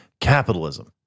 capitalism